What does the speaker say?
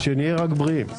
הישיבה ננעלה בשעה 13:25.